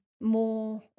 more